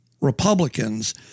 Republicans